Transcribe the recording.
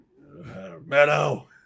meadow